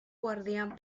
guardián